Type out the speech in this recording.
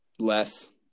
Less